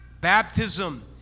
Baptism